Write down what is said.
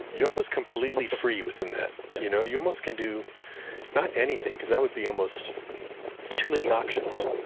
you're almost completely free within that. you know you almost can do not anything, because that would be almost too many options.